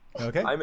okay